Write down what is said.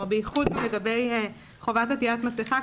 בייחוד לגבי חובת עטיית מסכה.